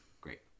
great